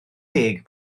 deg